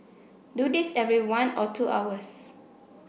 do this every one or two hours